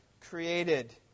created